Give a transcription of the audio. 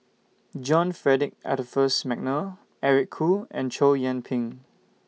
John Frederick Adolphus Mcnair Eric Khoo and Chow Yian Ping